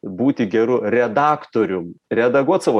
būti gerų redaktorium redaguot savo